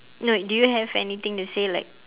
no do you have anything to say like